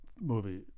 movie